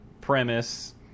premise